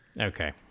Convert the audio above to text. Okay